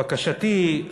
בקשתי היא,